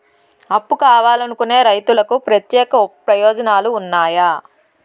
అప్పు కావాలనుకునే రైతులకు ప్రత్యేక ప్రయోజనాలు ఉన్నాయా?